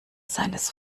seines